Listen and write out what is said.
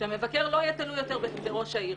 המבקר לא יהיה תלוי יותר בראש העיר.